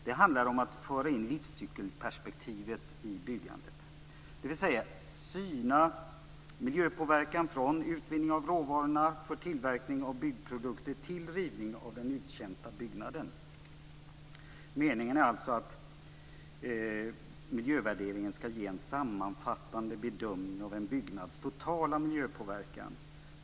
Det handlar om att föra in livscykelperspektivet i byggandet, dvs. om att syna miljöpåverkan från utvinning av råvarorna för tillverkning av byggprodukter till rivning av den uttjänta byggnaden. Meningen är alltså att miljövärderingen skall ge en sammanfattande bedömning av en byggnads totala miljöpåverkan.